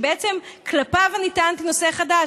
שכלפיו טענתי "נושא חדש".